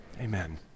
Amen